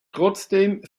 trotzdem